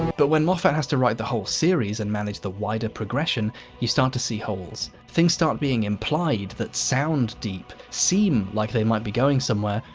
but when moffat has to write the whole series and manage the wider progression you start to see holes. things start being implied, that sound deep, seem like they might be going somewhere,